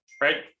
right